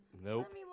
nope